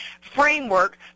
framework